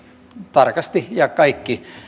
tarkasti ja kaikki